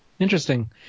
Interesting